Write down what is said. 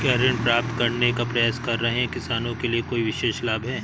क्या ऋण प्राप्त करने का प्रयास कर रहे किसानों के लिए कोई विशेष लाभ हैं?